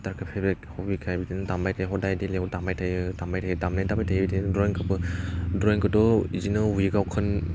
गिटारखौ पेब्रेट हबिखाय बिदिनो दामबाय थायो हदाय डेलियाव दामबाय थायो दामबाय थायो दामनाय जाबाय थायो बिदिनो ड्रइंखौबो ड्रइंखौथ' बिदिनो उइकआव खन